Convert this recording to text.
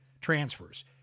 transfers